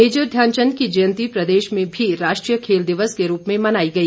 major Dhyan Chand की जयंती प्रदेश में भी राष्ट्रीय खेल दिवस के रूप में मनाई गई